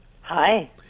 Hi